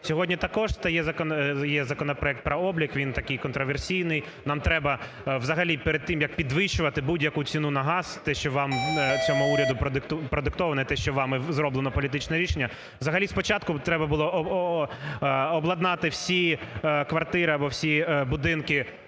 Сьогодні також є законопроект про облік, він такий контраверсійний. Нам треба взагалі перед тим як підвищувати будь-яку ціну на газ, те, що вами цьому уряду продиктоване, і те, що вами зроблене політичне рішення. Взагалі спочатку треба було обладнати всі квартири або всі будинки